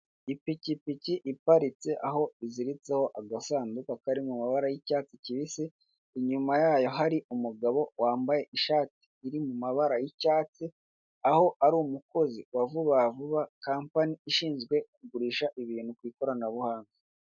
Ipikipiki iparitse, aho iziritseho agasanduka kari mu mabara y'icyatsi kibisi, inyuma yayo hari umugabo wambaye ishati iri mu mabara y'icyatsi, aho ari umukozi wa Vuba Vuba, kampani ishinzwe kugurisha ibintu ku ikoranabuhanga.